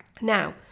Now